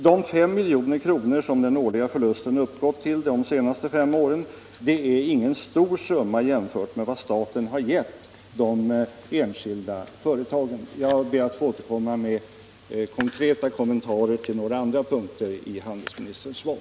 De 5 miljoner som den årliga förlusten uppgått till under de senaste fem åren utgör inte någon stor summa i jämförelse med vad staten har gett de enskilda företagen. Jag ber att få återkomma med konkreta kommentarer till några andra punkter i handelsministerns svar.